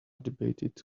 debated